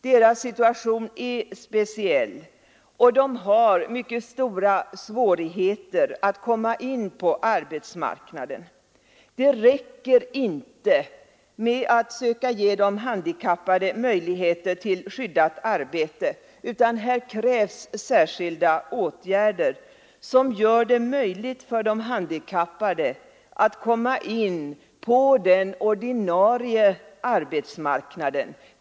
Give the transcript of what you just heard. Deras situation är speciell, och de har mycket stora svårigheter att komma in på arbetsmarknaden. Det räcker inte med att söka ge de handikappade möjligheter till skyddat arbete, utan här krävs särskilda åtgärder som gör det möjligt för de handikappade att komma in på den ordinarie arbetsmarknaden.